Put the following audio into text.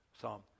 Psalm